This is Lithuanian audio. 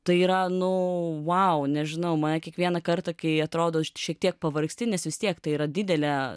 tai yra nu wow nežinau mane kiekvieną kartą kai atrodo šiek tiek pavargsti nes vis tiek tai yra didelė